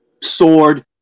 sword